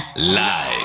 Live